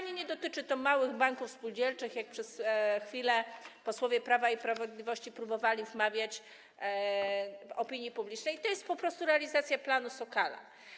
Nie dotyczy to małych banków spółdzielczych, jak przez chwilę posłowie Prawa i Sprawiedliwości próbowali wmawiać opinii publicznej, to jest po prostu realizacja planu Sokala.